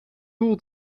doel